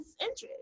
interest